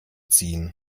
ziehen